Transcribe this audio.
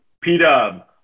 P-Dub